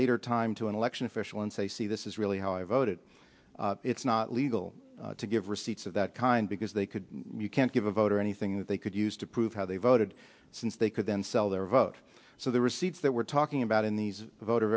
later time to an election official and say see this is really how i voted it's not legal to give receipts of that kind because they could you can't give a voter anything that they could use to prove how they voted since they could then sell their vote so the receipts that we're talking about in these voter